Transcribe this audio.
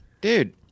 Dude